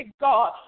God